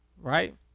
right